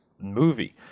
movie